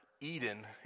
Eden